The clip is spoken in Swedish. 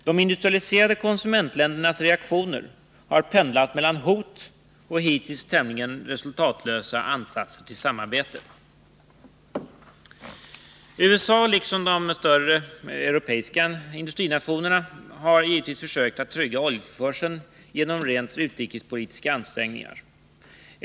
De industrialiserade konsumentländernas reaktioner har pendlat mellan hot och hittills tämligen resultatlösa ansatser till samarbete. USA -— liksom de större europeiska industrinationerna — har givetvis försökt trygga oljetillförseln genom rent utrikespolitiska ansträngningar.